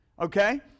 Okay